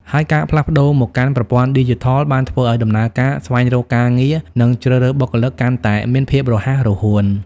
ហើយការផ្លាស់ប្ដូរមកកាន់ប្រព័ន្ធឌីជីថលបានធ្វើឲ្យដំណើរការស្វែងរកការងារ និងជ្រើសរើសបុគ្គលិកកាន់តែមានភាពរហ័សរហួន។